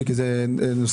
לגבי המשטרה.